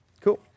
cool